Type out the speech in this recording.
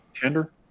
tender